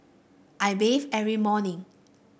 I bathe every morning